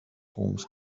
forms